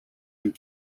and